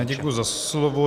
Děkuji za slovo.